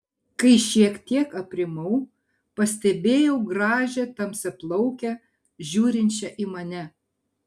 kai šiek tiek aprimau pastebėjau gražią tamsiaplaukę žiūrinčią į mane